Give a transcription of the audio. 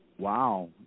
Wow